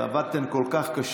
עבדתן קשה כל כך.